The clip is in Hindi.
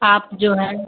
आप जो है